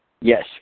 Yes